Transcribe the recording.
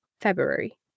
February